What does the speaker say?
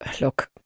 look